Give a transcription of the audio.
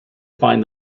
find